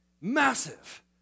Massive